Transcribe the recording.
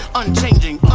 unchanging